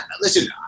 listen